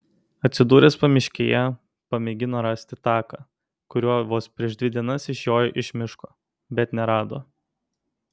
atsidūręs pamiškėje pamėgino rasti taką kuriuo vos prieš dvi dienas išjojo iš miško bet nerado